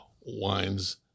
wines